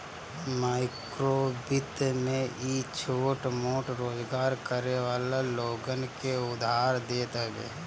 माइक्रोवित्त में इ छोट मोट रोजगार करे वाला लोगन के उधार देत हवे